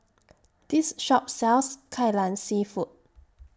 This Shop sells Kai Lan Seafood